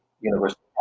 University